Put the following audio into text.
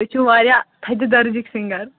تُہۍ چھِوٕ واریاہ تھٔدِ درجٕکۍ سِنگر